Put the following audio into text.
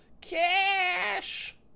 Cash